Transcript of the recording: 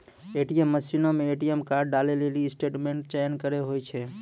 ATM मशीनो मे ATM card डालै लेली स्टेटमेंट चयन करे होय छै